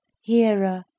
hearer